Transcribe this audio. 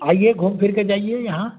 आइए घूम फिरकर जाइए यहाँ